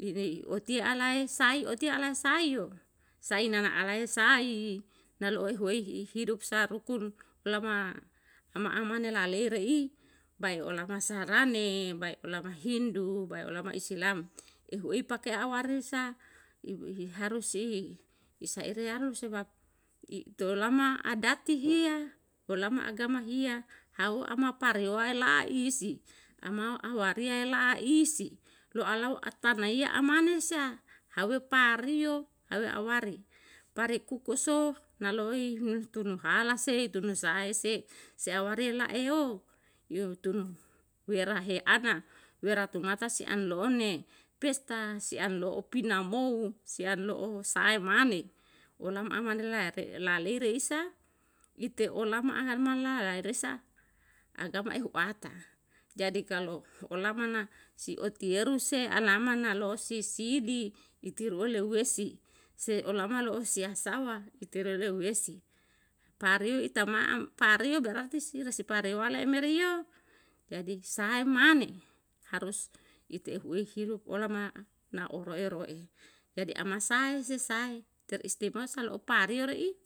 irei otiye alae sai otiye aae sai yo. Sai nana alae sai, na lo'oi huwei hi hidup sa rukun olama amane la reire'i, bae olama sarane, bae olama hindu, bae olama isilam. Ehu ei pake awaresa, i harus i, isaireyaru si baku tuwelama adati hiya, tuwelama agama hiya, hau ama pariyowae la'e isi ama awariya lae isi, lo alau atanaiya amane sa, hauwe pariyo, hauwe awari, parikukuso nalo'i humtun hala se, tunsae se, seawari ye la'eyo, yeutun werahe ana. Weratumata si an lo'on ne pesta, si an lo'on pinamou, si an lo'on sae mane, onam amane lae re lalei reisa, ite olama anan mae lae resa agama ehu ata, jadi kalu olama na si otiyeru se alama na lo'o si sidi, itiruwe leuwe si se olama lo'o siyasawa, itere leuwesi. Pariyo itamaam pariyo berarti si resipari wale mere yo, jadi sae mane harus ite uwe hidup olama na oro'e ro'e, jadi amasae, se sae teristimewa lo'o pariyo le i